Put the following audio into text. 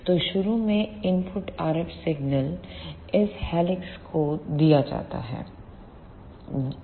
तो शुरू में इनपुट RF सिग्नल इस हेलिक्स को दिया जाता है